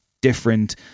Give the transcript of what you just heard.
different